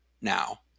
now